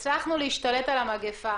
מבינים שהצלחנו להשתלט על המגפה.